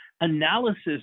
analysis